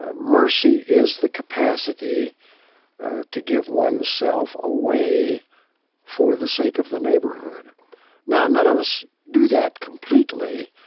ah mercy is the capacity to give one's self away for the sake of the neighborhood now, none of us do that completely.